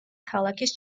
ქალაქის